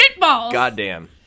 Goddamn